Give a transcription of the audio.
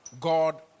God